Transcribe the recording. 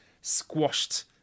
squashed